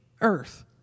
earth